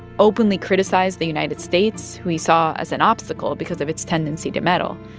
openly criticized the united states, who he saw as an obstacle because of its tendency to meddle,